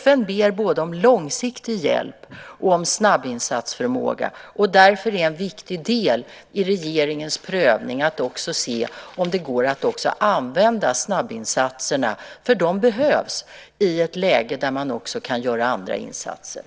FN ber både om långsiktig hjälp och om snabbinsatsförmåga, och därför är en viktig del i regeringens prövning att se om det går att använda snabbinsatserna - för de behövs - i ett läge där man också kan göra andra insatser.